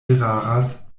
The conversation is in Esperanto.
eraras